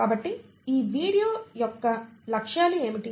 కాబట్టి ఈ వీడియో యొక్క లక్ష్యాలు ఏమిటి